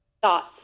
thoughts